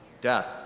death